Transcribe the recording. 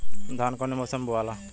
धान कौने मौसम मे बोआला?